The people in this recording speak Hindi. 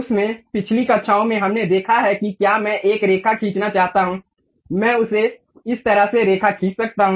उस में पिछली कक्षाओं में हमने देखा है कि क्या मैं एक रेखा खींचना चाहता हूं मैं उसे इस तरह से रेखा खींच सकता हूं